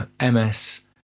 MS